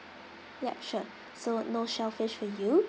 yup sure so no shellfish for you